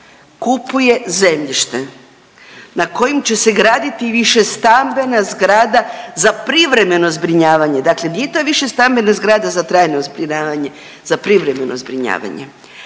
kupuje zemljište na kojem će se graditi višestambena zgrade za privremeno zbrinjavanje, dakle nije to više stambena zgrada za trajno zbrinjavanje, za privremeno zbrinjavanje,